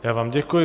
Já vám děkuji.